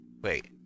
Wait